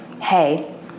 hey